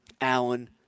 Allen